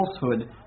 falsehood